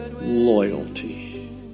loyalty